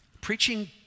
Preaching